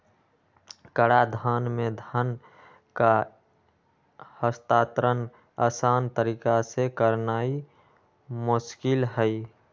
कराधान में धन का हस्तांतरण असान तरीका से करनाइ मोस्किल हइ